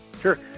Sure